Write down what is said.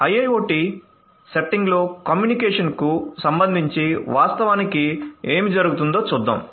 IIoT సెట్టింగ్లో కమ్యూనికేషన్కు సంబంధించి వాస్తవానికి ఏమి జరుగుతుందో చూద్దాం